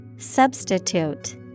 Substitute